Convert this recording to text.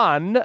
One